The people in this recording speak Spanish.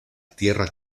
tierra